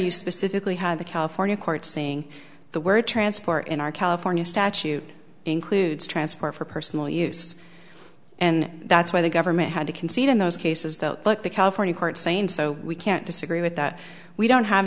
you specifically had the california court saying the word transport in our california statute includes transport for personal use and that's why the government had to concede in those cases though like the california court saying so we can't disagree with that we don't have